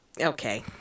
Okay